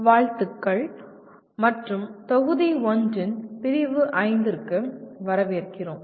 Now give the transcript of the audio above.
வாழ்த்துக்கள் மற்றும் தொகுதி 1 இன் பிரிவு 5 க்கு வரவேற்கிறோம்